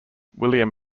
william